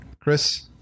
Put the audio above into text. Chris